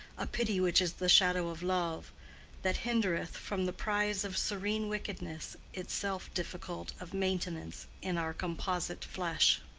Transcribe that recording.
a pity which is the shadow of love that hindereth from the prize of serene wickedness, itself difficult of maintenance in our composite flesh.